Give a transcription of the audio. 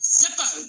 zippo